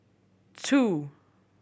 two